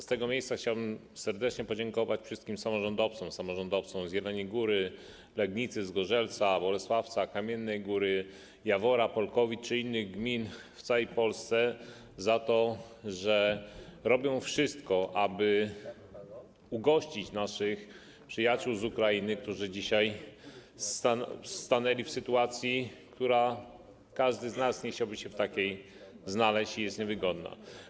Z tego miejsca chciałbym serdecznie podziękować wszystkim samorządowcom, samorządowcom z Jeleniej Góry, Legnicy, Zgorzelca, Bolesławca, Kamiennej Góry, Jawora, Polkowic czy innych gmin w całej Polsce za to, że robią wszystko, aby ugościć naszych przyjaciół z Ukrainy, którzy dzisiaj znaleźli się w sytuacji, w której nikt z nas nie chciałby się znaleźć, która jest niewygodna.